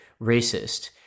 racist